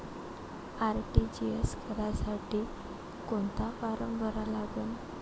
RTGS करासाठी कोंता form भरा लागन?